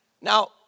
Now